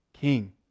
king